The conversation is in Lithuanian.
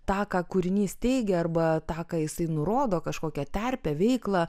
tą ką kūrinys teigia arba tą ką jisai nurodo kažkokią terpę veiklą